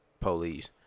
police